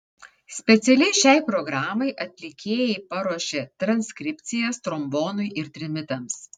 specialiai šiai programai atlikėjai paruošė transkripcijas trombonui ir trimitams